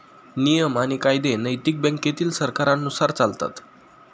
नियम आणि कायदे नैतिक बँकेतील सरकारांनुसार चालतात